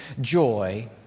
joy